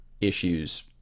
issues